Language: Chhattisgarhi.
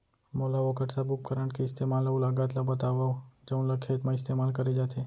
मोला वोकर सब उपकरण के इस्तेमाल अऊ लागत ल बतावव जउन ल खेत म इस्तेमाल करे जाथे?